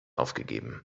aufgegeben